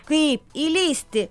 kaip įlįsti